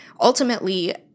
Ultimately